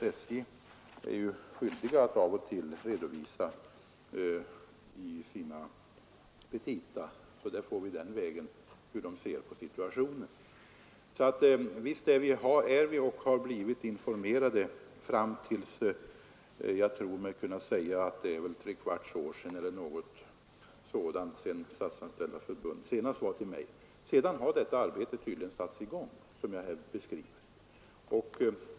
Man är ju i SJ skyldig att av och till redovisa läget i sina petita, så på den vägen får vi veta hur man där ser på situationen. Visst har vi blivit informerade. Det är väl ungefär tre kvarts år sedan som Statsanställdas förbund senast uppvaktade mig. Sedan har detta arbete som jag här beskrivit tydligen satts i gång.